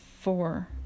four